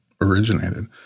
originated